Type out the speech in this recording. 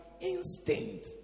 instinct